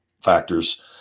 factors